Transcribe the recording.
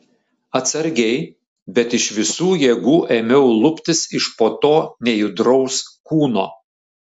atsargiai bet iš visų jėgų ėmiau luptis iš po to nejudraus kūno